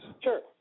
Sure